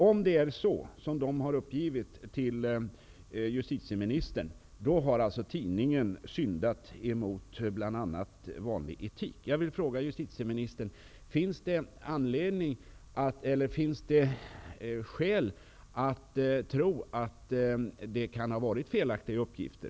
Om det är så som ledningen uppgivit till justitieministern, har tidningen syndat bl.a. emot vanlig etik. Jag vill fråga justitieministern: Finns det skäl att tro att det kan ha givits felaktiga uppgifter?